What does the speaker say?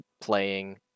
playing